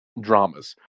dramas